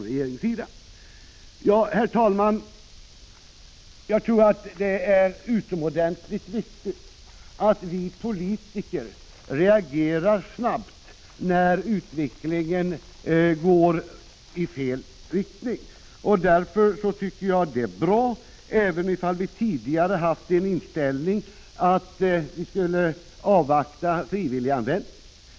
Herr talman! Jag tror att det är utomordentligt viktigt att vi politiker reagerar snabbt när utvecklingen går i fel riktning. Därför tycker jag att det är bra att vi nu gör det, även om vi tidigare har haft den inställningen att vi borde avvakta frivillig användning.